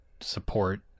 support